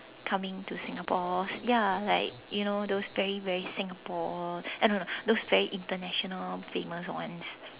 coming to Singapore ya like you know those very very Singapore uh no no those very international famous ones